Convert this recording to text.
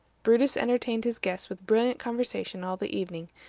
brutus entertained his guests with brilliant conversation all the evening,